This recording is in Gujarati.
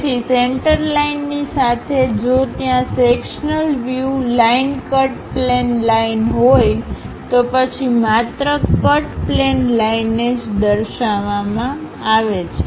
તેથી સેંટર લાઇનની સાથે જો ત્યાં sectional view line - cut plane line હોયતો પછી માત્ર કટ પ્લેન લાઇનને જ દર્શાવવામાં આવે છે